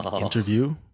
interview